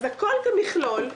אז הכול כמכלול.